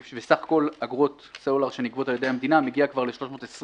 וסך כל אגרות הסלולר שנגבות על ידי המדינה מגיע כבר ל-320